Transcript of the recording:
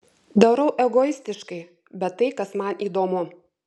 darau egoistiškai bet tai kas man įdomu